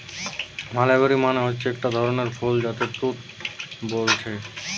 mulberry মানে হচ্ছে একটা ধরণের ফল যাকে তুত বোলছে